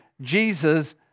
Jesus